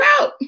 out